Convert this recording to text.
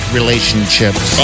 relationships